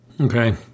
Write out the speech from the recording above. Okay